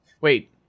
Wait